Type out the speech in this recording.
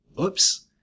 oops